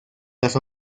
las